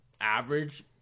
average